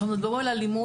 כשמדברים על אלימות,